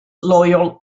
loyal